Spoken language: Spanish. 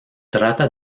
trata